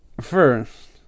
first